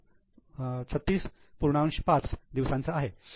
5 दिवसांचा आहे